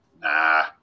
Nah